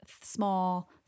small